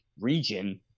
region